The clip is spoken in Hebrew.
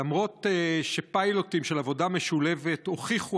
למרות שפיילוטים של עבודה משולבת הוכיחו